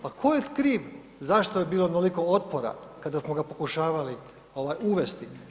Pa tko je kriv zašto je bilo onoliko otpora kada smo ga pokušavali uvesti?